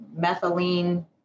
methylene